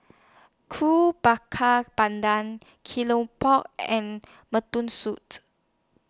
Ko Bakar Pandan Keropok and Mutton suit